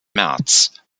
märz